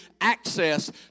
access